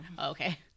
Okay